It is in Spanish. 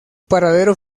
paradero